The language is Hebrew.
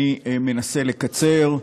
אני מנסה לקצר.